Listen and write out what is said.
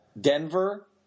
Denver